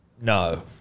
no